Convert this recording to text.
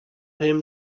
him